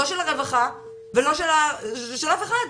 לא הרווחה ולא של אף אחד,